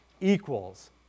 equals